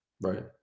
right